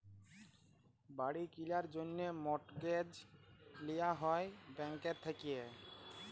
বাড়ি কিলার জ্যনহে মর্টগেজ লিয়া হ্যয় ব্যাংকের থ্যাইকে